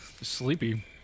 Sleepy